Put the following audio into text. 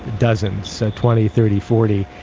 dozens, so twenty, thirty, forty,